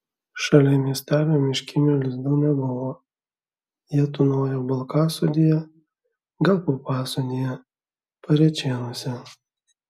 šalia miestelio miškinių lizdų nebuvo jie tūnojo balkasodyje gal pupasodyje parėčėnuose